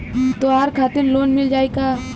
त्योहार खातिर लोन मिल जाई का?